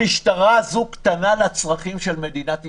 המשטרה הזו קטנה לצרכים של מדינת ישראל,